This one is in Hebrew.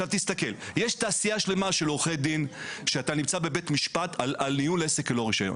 יש תעשייה שלמה של עורכי-דין בבית משפט על ניהול עסק ללא רישיון.